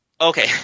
Okay